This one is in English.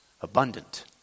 abundant